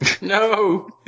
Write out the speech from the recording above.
No